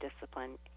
discipline